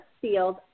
field